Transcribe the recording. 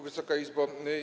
Wysoka Izbo!